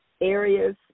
areas